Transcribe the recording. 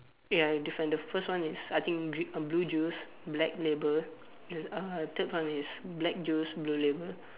ya different the first one is I think gr~ blue juice black label uh third one is black juice blue label